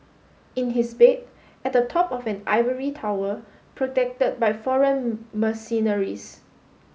in his bed at the top of an ivory tower protected by foreign mercenaries